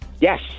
Yes